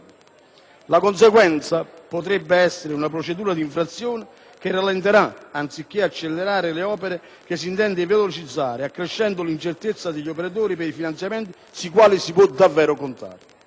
La conseguenza potrebbe essere una procedura di infrazione che rallenterà, anziché accelerare, le opere che si intende velocizzare, accrescendo l'incertezza degli operatori per i finanziamenti sui quali si può davvero contare.